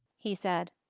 he said.